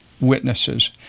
witnesses